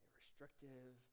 restrictive